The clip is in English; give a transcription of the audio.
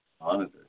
monitor